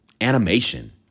Animation